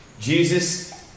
Jesus